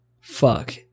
fuck